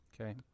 okay